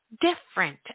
different